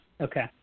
Okay